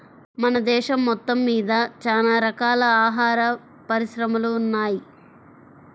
మన దేశం మొత్తమ్మీద చానా రకాల ఆహార పరిశ్రమలు ఉన్నయ్